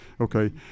okay